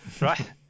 Right